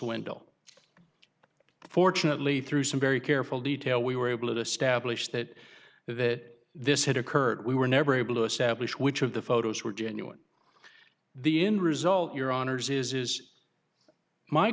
swindle fortunately through some very careful detail we were able to establish that that this had occurred we were never able to establish which of the photos were genuine the end result your honour's is is my